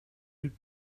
you